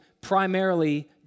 primarily